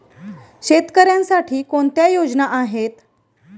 शेतकऱ्यांसाठी कोणत्या योजना आहेत?